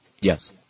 Yes